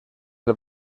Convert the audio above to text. del